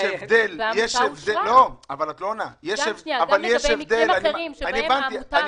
יש הבדל --- גם לגבי מקרים אחרים שבהם העמותה